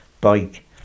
bike